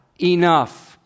enough